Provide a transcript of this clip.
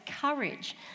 courage